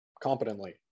competently